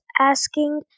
asking